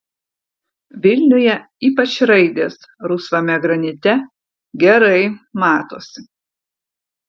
vilniuje ypač raidės rusvame granite gerai matosi